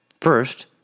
First